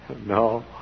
No